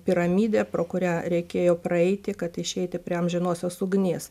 piramidę pro kurią reikėjo praeiti kad išeiti prie amžinosios ugnies